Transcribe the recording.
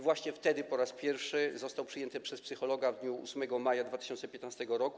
Właśnie wtedy po raz pierwszy został przyjęty przez psychologa w dniu 8 maja 2015 r.